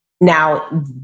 Now